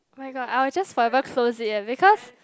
my God I will just forever close it eh because